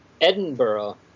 Edinburgh